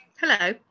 Hello